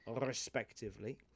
respectively